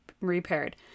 repaired